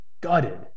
gutted